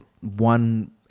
one